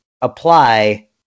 apply